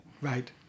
Right